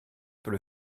peut